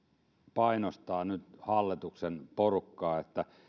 painostaa nyt hallituksen porukkaa että